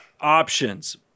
options